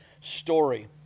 story